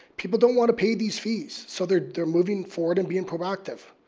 people don't want to pay these fees so they're they're moving forward and being proactive.